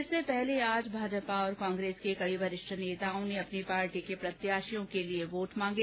इससे पहले आज भाजपा और कांग्रेस के कई वरिष्ठ नेताओं ने अपनी पार्टी के प्रत्याशियों के लिए वोट मांगे